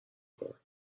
کنم